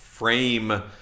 Frame